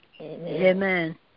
Amen